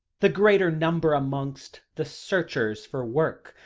the greater number amongst the searchers for work,